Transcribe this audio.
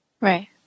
right